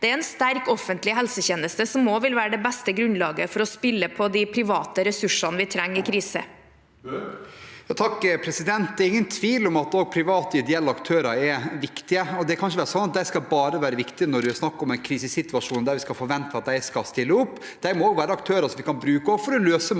Det er en sterk offentlig helsetjeneste som også vil være det beste grunnlaget for å spille på de private ressursene vi trenger i en krise. Erlend Svardal Bøe (H) Det er ingen tvil om at også private ideelle aktører er viktige. Det kan ikke være sånn at de bare skal være viktige når det er snakk om en krisesituasjon der vi forventer at de skal stille opp. Dette må også være aktører vi kan bruke for å løse mange